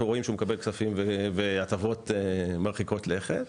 רואים שהוא מקבל כספים והטבות מרחיקות לכת,